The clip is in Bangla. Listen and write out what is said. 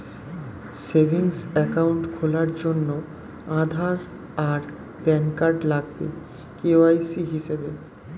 সেভিংস অ্যাকাউন্ট খোলার জন্যে আধার আর প্যান কার্ড লাগবে কে.ওয়াই.সি হিসেবে